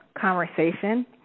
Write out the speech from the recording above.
conversation